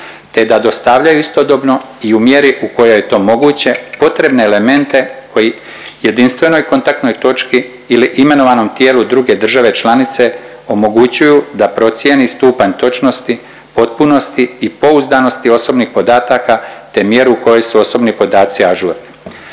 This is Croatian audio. te da dostavljaju istodobno i u mjeri u kojoj je to moguće potrebne elemente koji jedinstvenoj kontaktnoj točki ili imenovanom tijelu druge države članice omogućuju da procijeni stupanj točnosti, potpunosti i pouzdanosti osobnih podataka te mjeru u kojoj su osobni podaci ažurni.